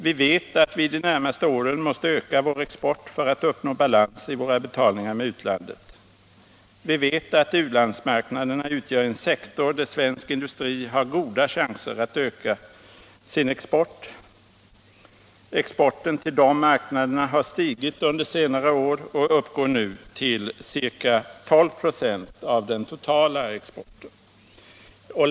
Vi vet att vi under de närmaste åren måste öka vår export för att uppnå balans i våra betalningar med utlandet. Vi vet att u-landsmarknaderna utgör en sektor där svensk industri har goda chanser att öka sin export. Exporten till de marknaderna har stigit under senare år och uppgår nu till ca 12 96 av den totala exporten.